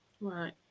Right